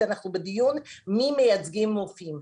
אנחנו בדיון מי מייצגים רופאים.